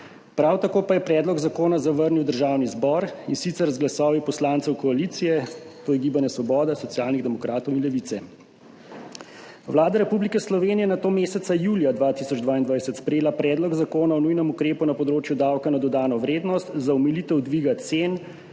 prav tako pa je predlog zakona zavrnil Državni zbor, in sicer z glasovi poslancev koalicije, to je Gibanje Svoboda, Socialnih demokratov in Levice. Vlada Republike Slovenije je nato meseca julija 2022 sprejela Predlog zakona o nujnem ukrepu na področju davka na dodano vrednost za omilitev dviga cen